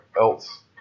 else